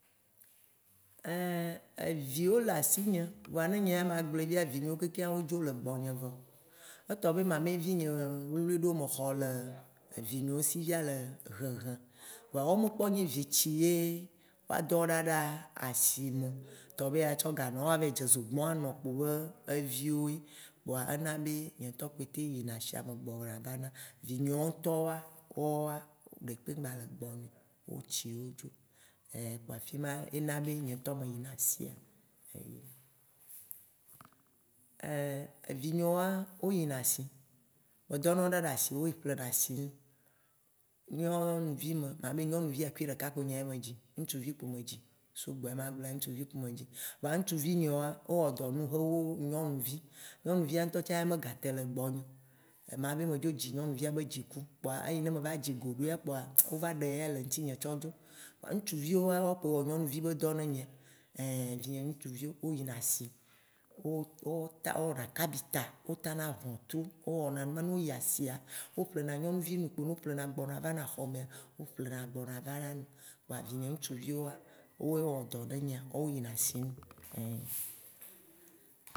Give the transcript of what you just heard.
Eviwo le asinye voa ne nyea magblɔɛ, vinyewo kekeŋa wo dzo le gbɔnye vɔ. Etɔ be mamɛvi nye wluiwlui ɖewo me xɔ le vinyewo si via le hehem voa woawo mekpɔ nye vi tsi ye woadɔ ɖaɖa asime o. Tɔ be atsɔ ga nɔwo woa va yi dze zogbɔ ano kpoa be vi woe. Kpoa ena be nye ŋtɔ kpoe teŋ yina asia me gbɔna vana, vinyewo ŋtɔwoa, woawoa, ɖekpe ŋgba le gbɔ nye o. Wo tsi wo dzo, kpoa fima, ena be nye ŋtɔ me yina asia me Evinyewoa wo yi na asi, medɔnawo ɖaɖa asi wo yi ƒlena asi num. Nyɔnuvi me mabe nyɔnuvia kui ɖeka kpo nyea medzi. Ŋtsuvi boŋ medzi sugbɔ ye magblɔ ŋtsuvi kpo medzi, vɔa ŋtsuvi nye woa, wo wɔdɔnam xewu nyɔnuvi. Nyɔnuvia ŋtɔ tsã me ga te le gbɔnye o, mabe me dzo dzi nyɔnuvia be dziku kpoa eyi ne meva dzi goɖoea kpoa wova ɖe eya le ŋtinye tsɔ dzo. Kpoa ŋtsuviwoa, woawo kpoe wɔ nyɔnuvi be dɔ ne nyae, ein vinye ŋtsuviwo wo yina asi, wo wɔna kabita, wo tana ʋɔtru, wo wɔna nu ma, ne wo yi asia, wo ƒlena nyɔnuvi nu gbɔna va na xɔmea, wo ƒlena gbɔna vana. Kpoa vinye ŋtsuviwoa woe wɔ dɔ ne nyea, wo yina asi num.